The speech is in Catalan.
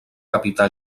capità